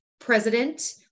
president